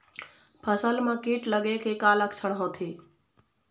फसल म कीट लगे के का लक्षण होथे?